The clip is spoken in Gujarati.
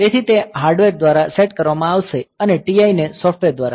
તેથી તે હાર્ડવેર દ્વારા સેટ કરવામાં આવશે અને TI ને સોફ્ટવેર દ્વારા